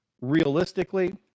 Realistically